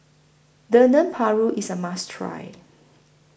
Dendeng Paru IS A must Try